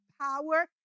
power